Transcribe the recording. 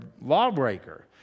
lawbreaker